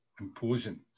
imposing